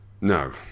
No